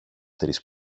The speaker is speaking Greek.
τρεις